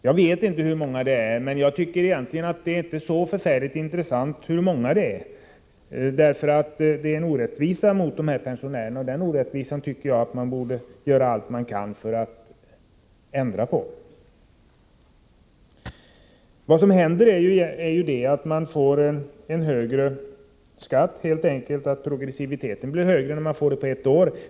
Jag vet inte hur många de är, men jag tycker egentligen inte att det är så förfärligt intressant hur många de är. Det är en orättvisa mot dessa pensionärer, och den orättvisan tycker jag att man borde göra allt man kan för att undanröja. Det som händer är att dessa pensionärer får en högre skatt — progressiviteten blir helt enkelt högre när man får pengarna på ett år.